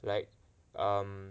like um